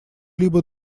либо